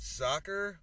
soccer